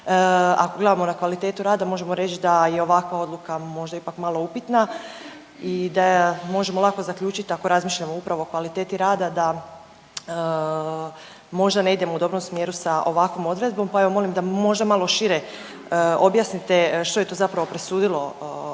ako gledamo na kvalitetu rada možemo reći da je ovakva možda ipak malo upitna i da možemo lako zaključit ako razmišljamo upravo o kvaliteti rada da možda ne idemo u dobrom smjeru sa ovakvom odredbom, pa evo molim da mi možda šire objasnite što je to zapravo presudilo dakle